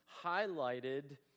highlighted